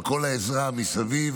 על כל העזרה מסביב,